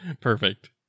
Perfect